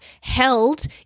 held